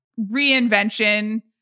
reinvention